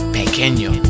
pequeño